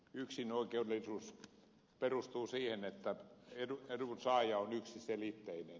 yksinoikeudellisuus perustuu siihen että edunsaaja on yksiselitteinen